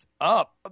up